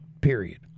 period